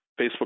Facebook